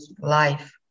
life